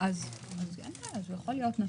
אז אין בעיה, הוא יכול להיות נציג.